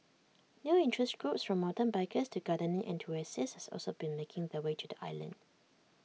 new interest groups from mountain bikers to gardening enthusiasts also been making their way to the island